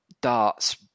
Dart's